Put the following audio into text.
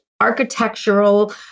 architectural